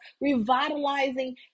Revitalizing